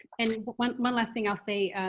and one one last thing i'll say,